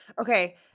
Okay